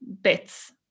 bits